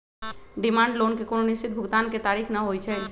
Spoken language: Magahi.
डिमांड लोन के कोनो निश्चित भुगतान के तारिख न होइ छइ